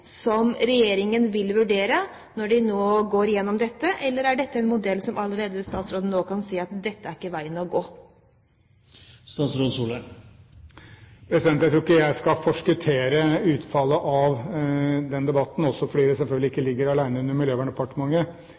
som regjeringen vil vurdere når den nå går igjennom dette, eller er dette en modell som statsråden allerede nå kan si ikke er veien å gå? Jeg tror ikke jeg skal forskuttere utfallet av den debatten, også fordi det selvfølgelig ikke ligger under Miljøverndepartementet